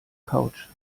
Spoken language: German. couch